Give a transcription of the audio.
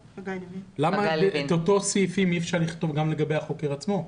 למה את אותם סעיפים אי אפשר לכתוב גם לגבי החוקר עצמו?